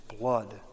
blood